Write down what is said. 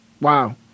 Wow